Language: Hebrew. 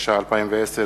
התש"ע 2010,